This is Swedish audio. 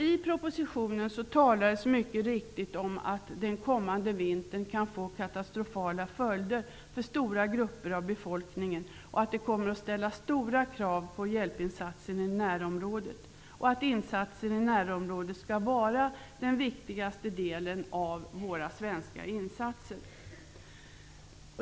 I propositionen sägs mycket riktigt att den kommande vintern kan få katastrofala följder för stora grupper av befolkningen och att det kommer att ställa stora krav på hjälpinsatser i närområdet samt att insatser i närområdet skall vara den viktigaste delen av våra svenska insatser.